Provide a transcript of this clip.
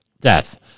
death